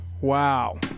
wow